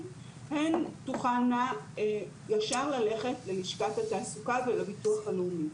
הן תוכלנה ישר ללכת ללשכת התעסוקה ולביטוח הלאומי.